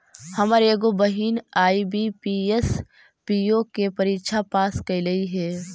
हमर एगो बहिन आई.बी.पी.एस, पी.ओ के परीक्षा पास कयलइ हे